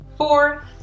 Four